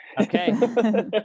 okay